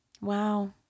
Wow